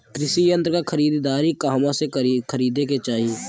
कृषि यंत्र क खरीदारी कहवा से खरीदे के चाही?